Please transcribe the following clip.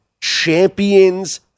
Champions